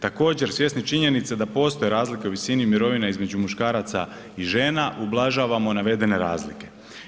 Također svjesni činjenice da postoje razlike u visini mirovine između muškaraca i žena ublažavamo navedene razlike.